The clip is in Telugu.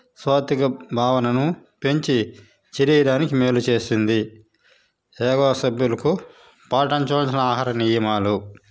సాత్విక భావనను పెంచి శరీరానికి మేలు చేస్తుంది సేవా సభ్యులకు పాటించవలసిన ఆహార నియమాలు